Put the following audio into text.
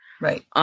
Right